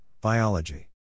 Biology